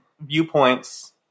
viewpoints